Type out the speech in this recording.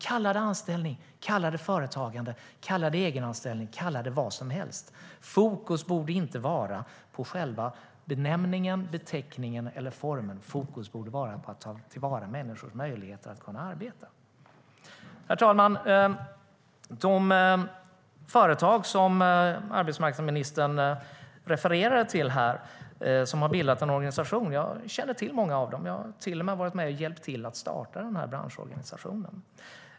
Kalla det anställning, kalla det företagande, kalla det egenanställning, kalla det vad som helst! Fokus borde inte vara på själva benämningen, beteckningen eller formen. Fokus borde vara på att ta till vara människors möjligheter att arbeta. Herr talman! De företag som har bildat en organisation som arbetsmarknadsministern refererar till här känner jag till många av. Jag har till och med varit med och hjälpt till att starta den här branschorganisationen.